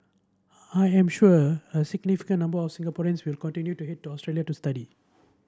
I am sure a significant number of Singaporeans will continue to head to Australia to study